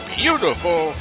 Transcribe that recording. beautiful